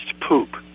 poop